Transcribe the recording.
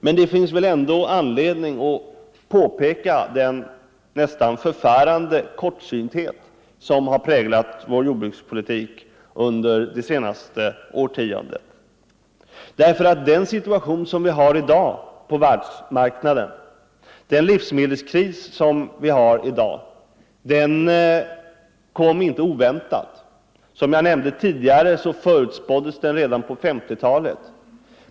Men det finns väl ändå anledning att peka på den nästan förfärande kortsynthet som har präglat vår jordbrukspolitik under det senaste årtiondet. Den situation som vi har i dag på världsmarknaden, den livsmedelskris som vi upplever, kom ju inte oväntat. Som jag nämnde tidigare förutspåddes den redan på 1950-talet.